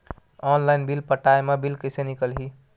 Online bill पटाय मा bill कइसे निकलही?